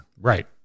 Right